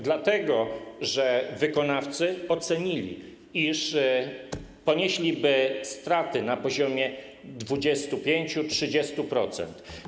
Dlatego że wykonawcy ocenili, iż ponieśliby straty na poziomie 25-30%.